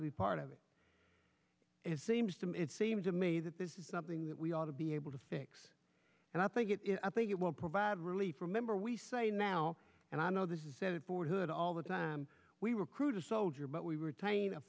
to be part of it is seems to me it seems to me that this is something that we ought to be able to fix and i think it is i think it will provide relief remember we say now and i know this is said fort hood all the time we recruit a soldier but we were